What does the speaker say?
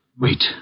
Wait